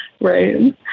Right